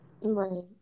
Right